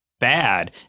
bad